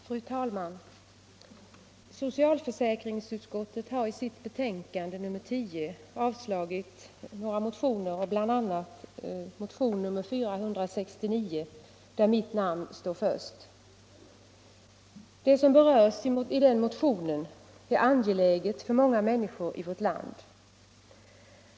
Fru talman! Socialförsäkringsutskottet har i sitt betänkande nr 10 avstyrkt några motioner, bl.a. motionen 469 där mitt namn står först. Det som berörs i denna motion är angeläget för många människor i vårt land.